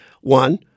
one